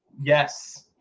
Yes